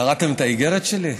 קראתם את האיגרת שלי?